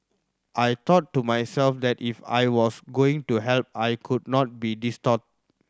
I thought to myself that if I was going to help I could not be distraught